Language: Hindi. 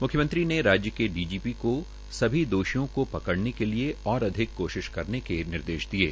मुख्यमंत्री ने राज्य के डीजीप को सभी दोषियों को पकड़ने के लिए और अधिक कोशिश करने के निर्देश दिये